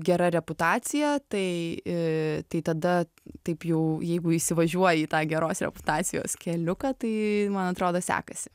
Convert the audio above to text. gera reputacija tai tai tada taip jau jeigu įsivažiuoji į tą geros reputacijos keliuką tai man atrodo sekasi